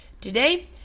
Today